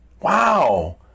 Wow